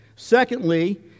Secondly